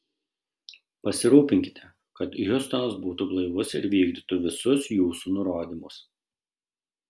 pasirūpinkite kad hiustonas būtų blaivus ir vykdytų visus jūsų nurodymus